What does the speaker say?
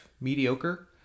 mediocre